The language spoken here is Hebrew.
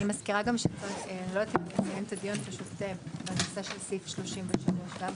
אני רק מזכירה שגם בנושא של סעיף 33 --- לגבי